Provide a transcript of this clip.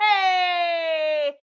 Hey